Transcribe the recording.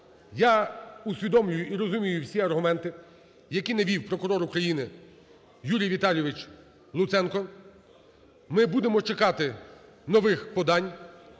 я усвідомлюю і розумію всі аргументи, які навів прокурор України Юрій Віталійович Луценко. Ми будемо чекати нових подань